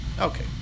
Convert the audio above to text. Okay